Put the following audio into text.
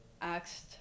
asked